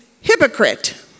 hypocrite